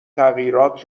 تغییرات